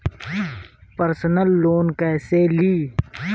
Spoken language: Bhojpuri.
परसनल लोन कैसे ली?